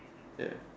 ya